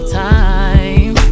time